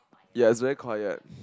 ya is very quiet